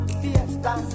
fiesta